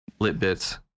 litbits